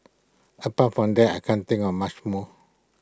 apart from that I can't think of much more